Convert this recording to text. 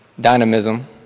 dynamism